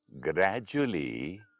Gradually